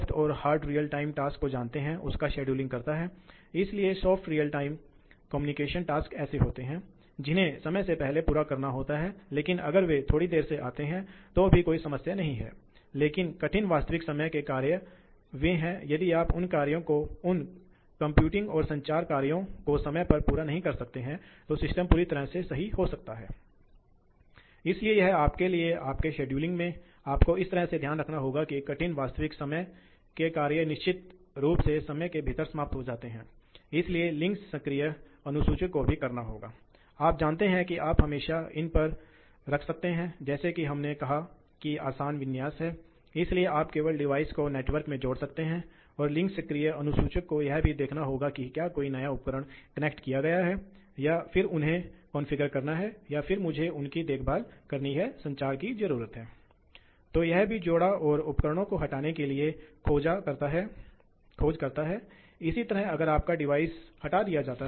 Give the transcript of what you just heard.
मूल रूप से इस तुलनात्मक के कारण ये तुलनात्मक आंकड़े जो तय करेंगे व्यावहारिक रूप से बोलेंगे कि क्या कोई विशेष उद्योग इस तकनीक को अपनाने जा रहा है या दूसरे अब ऐसा होता है कि आप जानते हैं कि आउटलेट स्पंज तकनीक अधिक सामान्य थी क्योंकि चर गति ड्राइव तकनीक इतनी विकसित नहीं थी यह इतनी मजबूत नहीं थी इसलिए यह बहुत महंगा था इसलिए लोग हमेशा अक्सर ऐसा करते थे भले ही वे ऊर्जा कुशल न हों लोगों ने इस स्पंज और वाल्व नियंत्रण प्रकार की तकनीकों का विकल्प चुना लेकिन अब इन चर गति ड्राइव ड्राइव के साथ वास्तव में मजबूत और लागत प्रभावी होने से पता चलता है कि यह इस तरह के उपकरणों के लिए चर गति ड्राइव को प्राप्त करने के लिए बहुत मायने रखता है